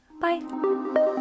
Bye